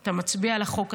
אתה מצביע על החוק הזה.